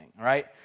right